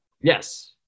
Yes